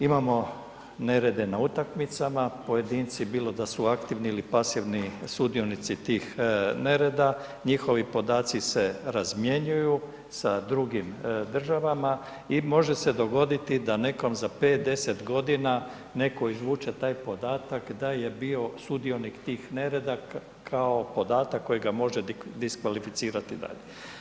Imamo nerede na utakmicama, pojedinci, bilo da su aktivni ili pasivni sudionici tih nereda, njihovi podaci se razmjenjuju sa drugim državama i može se dogoditi da nekom za 5, 10.g. netko izvuče taj podatak da je bio sudionik tih nereda kao podatak kojega može diskvalificirati dalje.